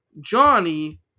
johnny